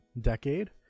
decade